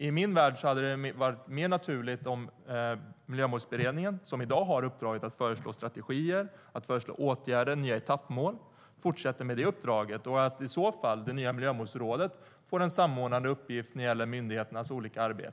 I min värld hade det varit mer naturligt om Miljömålsberedningen - som i dag har uppdraget att föreslå strategier, åtgärder och nya etappmål - fortsätter med sitt uppdrag och att det nya Miljömålsrådet i så fall får en samordnande uppgift när det gäller myndigheternas olika arbete.